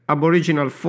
Aboriginal